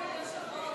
אדוני היושב-ראש,